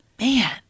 man